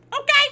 Okay